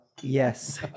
Yes